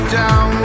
down